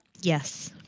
Yes